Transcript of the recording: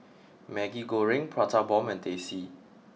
Maggi Goreng Prata Bomb and Teh C